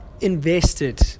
invested